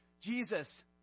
Jesus